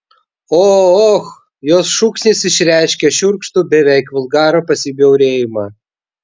o och jos šūksnis išreiškė šiurkštų beveik vulgarų pasibjaurėjimą